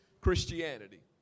Christianity